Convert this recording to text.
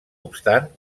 obstant